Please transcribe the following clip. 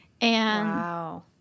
Wow